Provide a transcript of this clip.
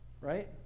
Right